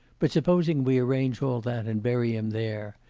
but supposing we arrange all that and bury him there,